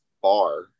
bar